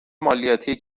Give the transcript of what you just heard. مالیاتی